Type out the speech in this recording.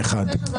הצבעה